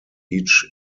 each